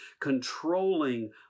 controlling